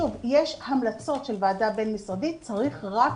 שוב, יש המלצות של ועדה בין-משרדית וצריך רק